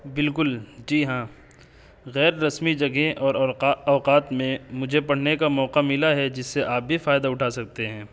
بالکل جی ہاں غیر رسمی جگہ اور اوقات میں مجھے پڑھنے کا موقع ملا ہے جس سے آپ بھی فائدہ اٹھا سکتے ہیں